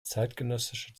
zeitgenössische